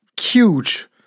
huge